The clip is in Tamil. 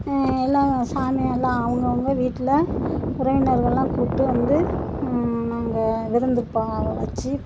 எல்லாம் சாமியை எல்லாம் அவுங்கவங்க வீட்டில் உறவினர்களெல்லாம் கூப்பிட்டு வந்து நாங்கள் விருந்துப்ப வெச்சு